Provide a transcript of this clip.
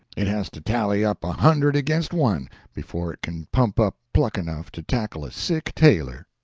it has to tally up a hundred against one before it can pump up pluck enough to tackle a sick tailor.